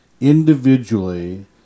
individually